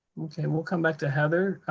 okay, we'll come back to heather.